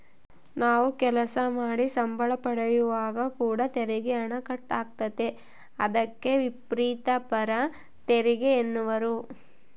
ನಾವು ಕೆಲಸ ಮಾಡಿ ಸಂಬಳ ಪಡೆಯುವಾಗ ಕೂಡ ತೆರಿಗೆ ಹಣ ಕಟ್ ಆತತೆ, ಅದಕ್ಕೆ ವ್ರಿತ್ತಿಪರ ತೆರಿಗೆಯೆನ್ನುವರು